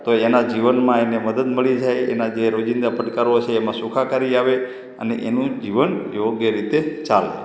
તો એના જીવનમાં એને મદદ મળી જાય એના જે રોજિંદા પડકારો છે એમાં સુખાકારી આવે અને એનુ જીવન યોગ્ય રીતે ચાલે